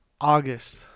August